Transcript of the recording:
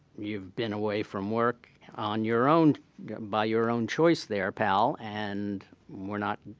you've been away from work on your own by your own choice there, pal. and we're not,